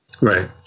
Right